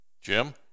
Jim